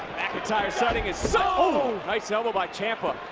mcintyre starting his so nice elbow by ciampa,